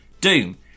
Doom